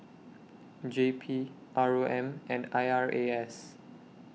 J P R O M and I R A S